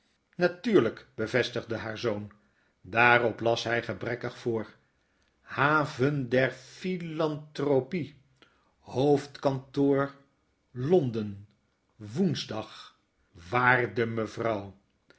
natuurlp bevestigde haar zoon daarop las hij gebrekkig voor haven der philanthropie hoofdkantoor londen woensdag waakde mevrouw